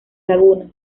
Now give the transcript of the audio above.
lagunas